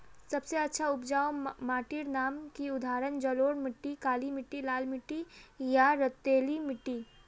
सबसे अच्छा उपजाऊ माटिर नाम की उदाहरण जलोढ़ मिट्टी, काली मिटटी, लाल मिटटी या रेतीला मिट्टी?